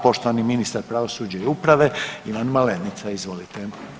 Poštovani ministar pravosuđa i uprave Ivan Malenica, izvolite.